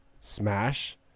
smash